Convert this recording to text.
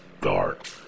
dark